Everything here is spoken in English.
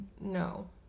no